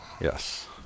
yes